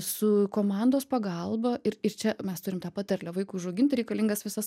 su komandos pagalba ir ir čia mes turim tą patarlę vaikui užauginti reikalingas visas